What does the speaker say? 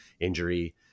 injury